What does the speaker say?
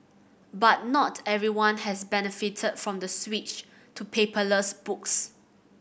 but not everyone has benefited from the switch to paperless books